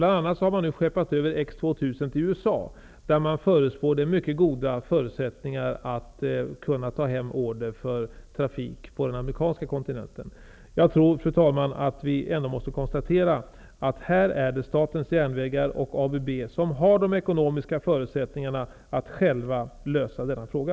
Bl.a. har man nu skeppat X2000 till USA, och man förutspår att förutsättningarna där är mycket goda för att kunna ta hem order när det gäller trafik på den amerikanska kontinenten. Jag tror, fru talman, att vi ändå måste konstatera att det är Statens järnvägar och ABB som har de ekonomiska förutsättningarna för att själva kunna lösa denna fråga.